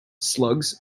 slugs